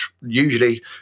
usually